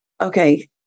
Okay